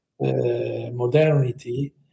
modernity